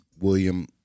William